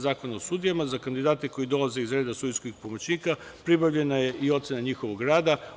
Zakona o sudijama, za kandidate koji dolaze iz reda sudijskih pomoćnika pribavljena je i ocena njihovog rada.